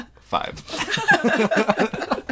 five